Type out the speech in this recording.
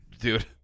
Dude